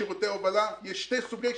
הבנו.